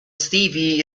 stevie